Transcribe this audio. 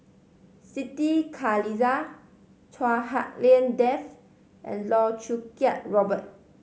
Siti Khalijah Chua Hak Lien Dave and Loh Choo Kiat Robert